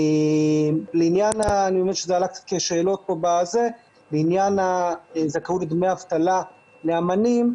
אני מבין שזה עלה כשאלות לעניין זכאות לדמי אבטלה לאומנים,